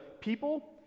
people